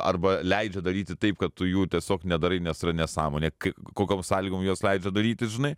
arba leidžia daryti taip kad tu jų tiesiog nedarai nes tai yra nesąmonė kaip kokiom sąlygom juos leidžia daryti žinai